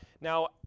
Now